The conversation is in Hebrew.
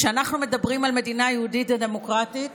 כשאנחנו מדברים על מדינה יהודית ודמוקרטית,